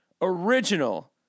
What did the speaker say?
original